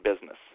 business